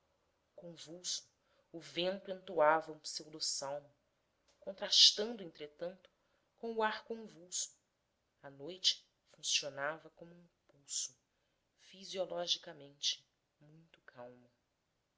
convulso o vento entoava um pseudosalmo contrastando entretanto com o ar convulso a noite funcionava como um pulso fisiologicamente muito calmo